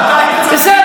כשאתה פותח את פיך,